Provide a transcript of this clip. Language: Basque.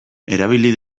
erabili